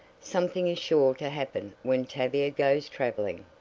something is sure to happen when tavia goes traveling.